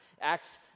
Acts